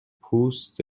پوست